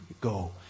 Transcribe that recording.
go